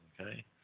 Okay